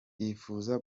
yifuza